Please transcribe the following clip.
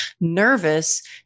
nervous